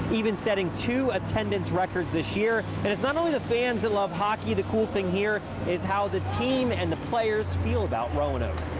setting to attendance records this year and it's not only the fans that love hockey, the cool thing here is how the team and the players feel about roanoke.